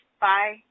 bye